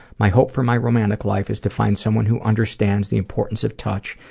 my hope for my romantic life is to find someone who understands the importance of touch,